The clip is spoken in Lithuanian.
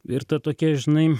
ir ta tokia žinai